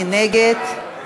מי נגד?